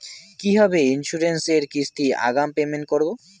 কিভাবে ইন্সুরেন্স এর কিস্তি আগাম পেমেন্ট করবো?